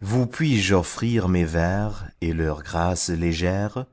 vous puis-je offrir mes vers et leurs grâces légères